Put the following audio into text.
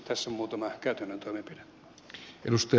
tässä muutama käytännön toimenpide